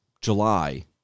July